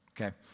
Okay